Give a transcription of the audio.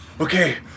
okay